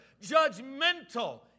judgmental